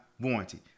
warranty